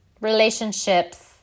relationships